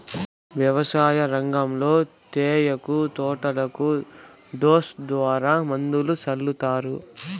వ్యవసాయ రంగంలో తేయాకు తోటలకు డ్రోన్ ద్వారా మందులు సల్లుతారు